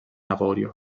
avorio